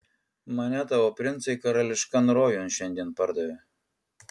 mane tavo princai karališkan rojun šiandien pardavė